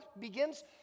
begins